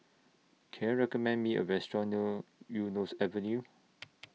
Can YOU recommend Me A Restaurant Eunos Avenue